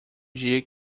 dia